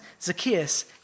Zacchaeus